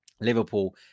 Liverpool